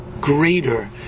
greater